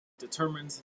determines